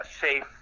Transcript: safe